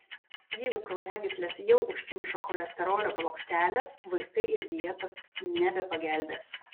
jeigu kraujagysles jau užkimšo cholesterolio plokštelės vaistai ir dietos nebepagelbės